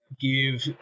give